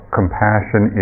compassion